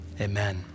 amen